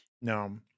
No